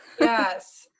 Yes